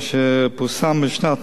אשר פורסם בשנת,